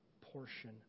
portion